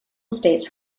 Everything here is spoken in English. states